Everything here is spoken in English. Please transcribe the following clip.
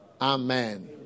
Amen